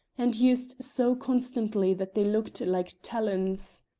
and used so constantly that they looked like talons.